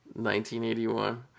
1981